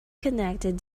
connected